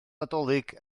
nadolig